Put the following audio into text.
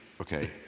Okay